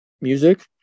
music